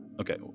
Okay